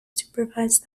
supervise